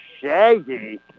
shaggy